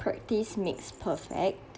practise makes perfect